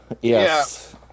Yes